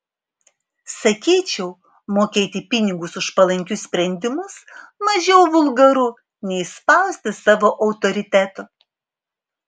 sakyčiau mokėti pinigus už palankius sprendimus mažiau vulgaru nei spausti savu autoritetu